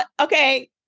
Okay